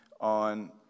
on